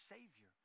Savior